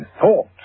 thought